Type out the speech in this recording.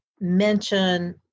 mention